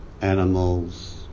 animals